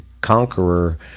Conqueror